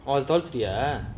all தொலச்சிடியா:tholachitiyaa